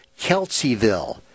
Kelseyville